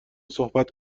صحبت